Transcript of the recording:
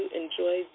enjoy